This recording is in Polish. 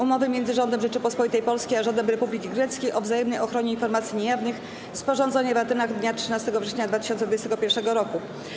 Umowy między Rządem Rzeczypospolitej Polskiej a Rządem Republiki Greckiej o wzajemnej ochronie informacji niejawnych, sporządzonej w Atenach dnia 13 września 2021 r.